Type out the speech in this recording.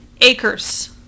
acres